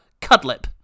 Cudlip